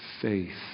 faith